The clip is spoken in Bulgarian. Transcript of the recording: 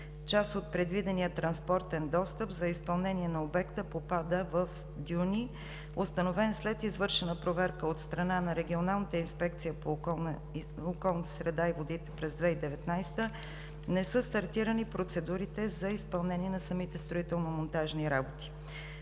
част от предвидения транспортен достъп за изпълнение на обекта попада в дюни, установен след извършена проверка от страна на Регионалната инспекция по околната среда и водите през 2019 г., не са стартирани процедурите за изпълнение на самите строително-монтажни работи.